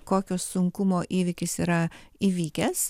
kokio sunkumo įvykis yra įvykęs